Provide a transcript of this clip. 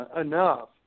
enough